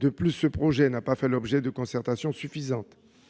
De plus, ce projet n'a pas fait l'objet de concertations suffisantes.